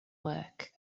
work